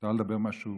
אפשר לדבר על משהו